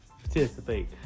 participate